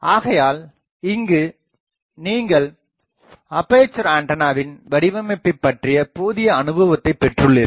ஆகையால் இங்கு நீங்கள் அப்பேசர் ஆண்டனாவின் வடிவமைப்பை பற்றிய போதிய அனுபவத்தைப் பெற்றுள்ளீர்கள்